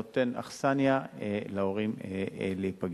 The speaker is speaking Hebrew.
נותן אכסניה להורים להיפגש.